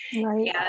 Right